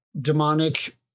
demonic